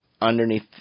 underneath